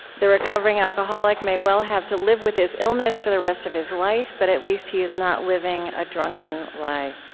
the recovering alcoholic may well have to live with his illness for the rest of his life. but at least he is not living a drunken lie.